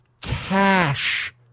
cash